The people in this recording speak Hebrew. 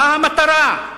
מה המטרה?